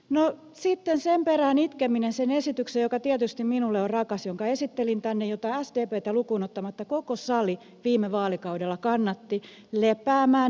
no sitten sen esityksen perään itkeminen joka tietysti minulle on rakas jonka esittelin tänne jota sdptä lukuun ottamatta koko sali viime vaalikaudella kannatti lepäämään jäämään